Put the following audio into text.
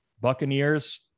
Buccaneers